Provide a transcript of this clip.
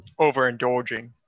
overindulging